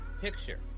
picture